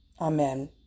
Amen